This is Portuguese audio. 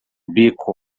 beco